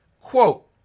Quote